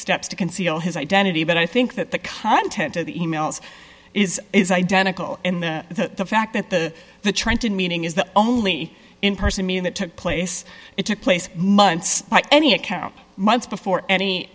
steps to conceal his identity but i think that the content of the e mails is is identical in the fact that the the trenton meaning is the only person mean that took place it took place months by any account months before any